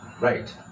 Right